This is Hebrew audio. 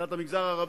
מבחינת המגזר הערבי,